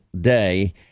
day